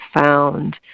found